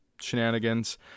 shenanigans